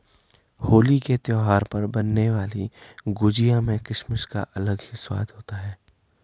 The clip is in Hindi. होली के त्यौहार पर बनने वाली गुजिया में किसमिस का अलग ही स्वाद होता है